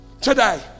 today